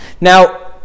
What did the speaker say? Now